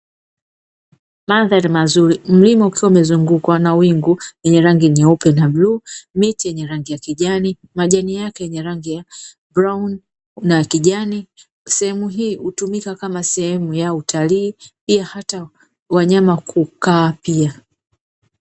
Mandhari mazuri mlima ukiwa umezungukwa na wingu lenye rangi nyeupe na bluu, miti yenye rangi ya kijani, majani yake yenye rangi ya kahawia na ya kijani. Sehemu hii hutumika kama sehemu ya utalii pia hata wanyama hukaa pia.